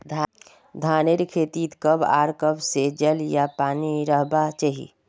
धानेर खेतीत कब आर कब से जल या पानी रहबा चही?